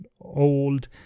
old